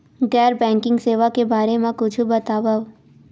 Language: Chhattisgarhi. गैर बैंकिंग सेवा के बारे म कुछु बतावव?